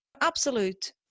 absolute